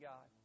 God